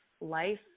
life